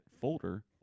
folder